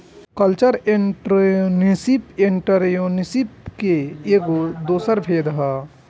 cultural entrepreneurship entrepreneurship के एगो दोसर भेद ह